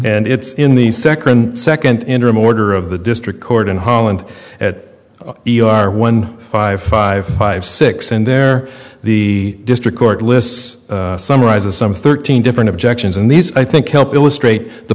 and it's in the second second interim order of the district court in holland that you are one five five five six in there the district court lists summarize a some thirteen different objections and these i think help illustrate the